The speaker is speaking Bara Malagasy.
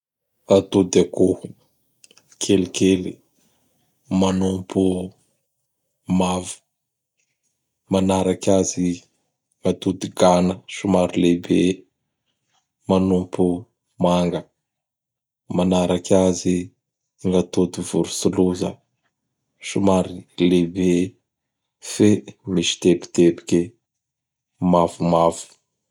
Atody akoho! Kelikely manompo mavo. Manaraky azy atody Gano somary lehibe manompo manga; manaraky azy gn'atody Vorotsiloza somary leibe fe misy teboteboky mavomavo.